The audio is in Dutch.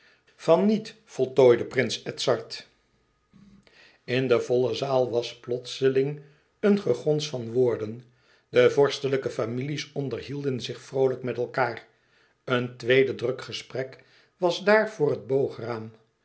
van niet voltooide prins edzard in de volle zaal was plotseling een gegous van woorden de vorstelijke families onderhielden zich vroolijk met elkaâr een tweede druk gesprek was daar voor het